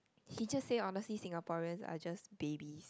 she just say honestly Singaporeans are just babies